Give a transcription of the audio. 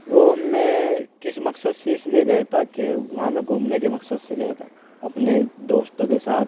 وہ میں کس مقصد سے اس لیے گیا تھا کہ وہاں میں گھومنے کے مقصد سے گیا تھا اپنے دوستوں کے ساتھ